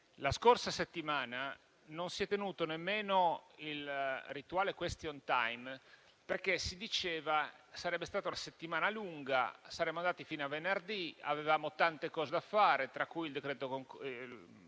la scorsa settimana non si è tenuto nemmeno il rituale *question time*, perché - si diceva - sarebbe stata una settimana lunga, saremmo andati avanti fino a venerdì e avevamo tante cose da fare, tra cui la legge annuale